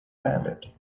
handed